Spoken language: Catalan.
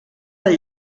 del